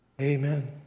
Amen